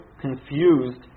confused